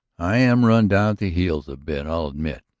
i am run down at the heels a bit, i'll admit.